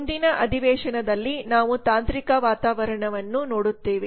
ಮುಂದಿನ ಅಧಿವೇಶನದಲ್ಲಿ ನಾವು ತಾಂತ್ರಿಕ ವಾತಾವರಣವನ್ನು ನೋಡುತ್ತೇವೆ